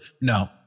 No